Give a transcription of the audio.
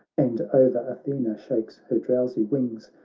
and o'er athena shakes her drowsy wings,